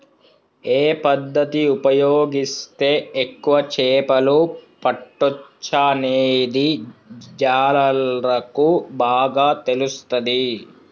ఏ పద్దతి ఉపయోగిస్తే ఎక్కువ చేపలు పట్టొచ్చనేది జాలర్లకు బాగా తెలుస్తది